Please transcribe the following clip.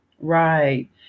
Right